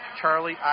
Charlie